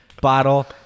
bottle